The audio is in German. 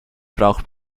braucht